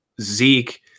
Zeke